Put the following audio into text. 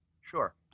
Sure